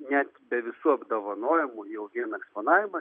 net be visų apdovanojimų jau vien eksponavimas